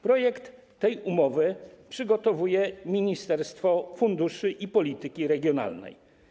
Projekt tej umowy przygotowuje Ministerstwo Funduszy i Polityki Regionalnej.